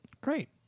Great